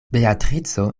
beatrico